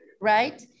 right